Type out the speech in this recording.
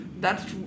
that's-